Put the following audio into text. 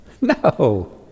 No